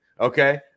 okay